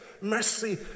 mercy